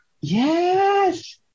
yes